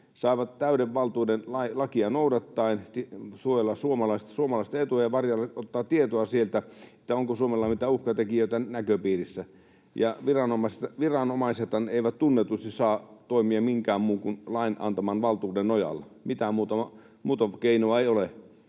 saavat täyden valtuuden lakia noudattaen suojella suomalaisten etujen ja varjella, ottaa sieltä tietoa siitä, onko Suomella mitään uhkatekijöitä näköpiirissä. Ja viranomaisethan eivät tunnetusti saa toimia minkään muun kuin lain antaman valtuuden nojalla. Mitään muuta keinoa ei ole.